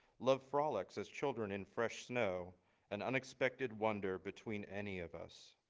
love frolics as children in fresh snow and unexpected wonder between any of us.